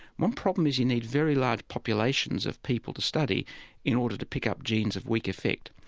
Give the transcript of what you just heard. one problem is you need very large populations of people to study in order to pick up genes of weak affect.